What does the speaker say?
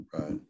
Right